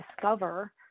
discover